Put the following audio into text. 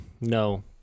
no